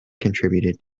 contributed